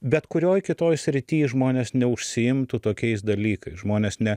bet kurioj kitoj srity žmonės neužsiimtų tokiais dalykais žmonės ne